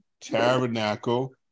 tabernacle